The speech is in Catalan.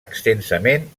extensament